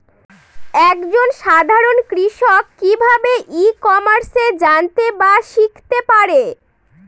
এক জন সাধারন কৃষক কি ভাবে ই কমার্সে জানতে বা শিক্ষতে পারে?